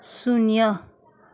शून्य